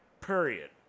Period